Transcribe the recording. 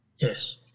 Yes